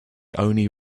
only